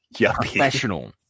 professional